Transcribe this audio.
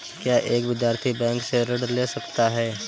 क्या एक विद्यार्थी बैंक से ऋण ले सकता है?